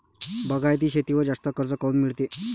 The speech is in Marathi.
बागायती शेतीवर जास्त कर्ज काऊन मिळते?